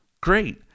Great